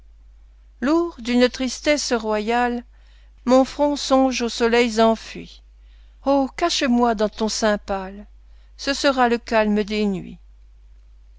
lourd d'une tristesse royale mon front songe aux soleils enfuis oh cache moi dans ton sein pâle ce sera le calme des nuits